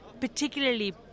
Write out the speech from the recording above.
particularly